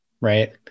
Right